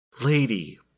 Lady